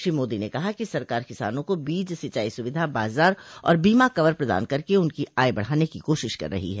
श्री मोदी ने कहा कि सरकार किसानों को बीज सिंचाई सुविधा बाजार और बीमा कवर प्रदान करके उनकी आय बढ़ाने की कोशिश कर रही है